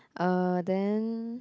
uh then